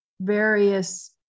various